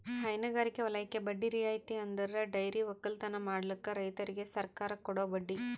ಹೈನಗಾರಿಕೆ ವಲಯಕ್ಕೆ ಬಡ್ಡಿ ರಿಯಾಯಿತಿ ಅಂದುರ್ ಡೈರಿ ಒಕ್ಕಲತನ ಮಾಡ್ಲುಕ್ ರೈತುರಿಗ್ ಸರ್ಕಾರ ಕೊಡೋ ಬಡ್ಡಿ